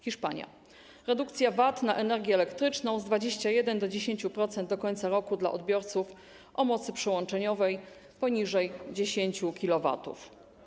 Hiszpania - redukcja VAT na energię elektryczną z 21 do 10% do końca roku dla odbiorców o mocy przyłączeniowej poniżej 10 kW.